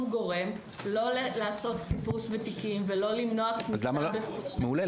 גורם לא לעשות חיפוש בתיקים ולא למנוע כניסה --- מעולה,